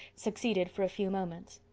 succeeded for a few moments.